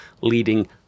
leading